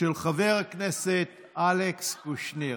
התשפ"ב 2022, של חבר הכנסת אלכס קושניר.